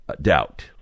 doubt